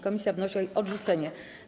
Komisja wnosi o ich odrzucenie.